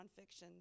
nonfiction